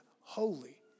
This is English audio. holy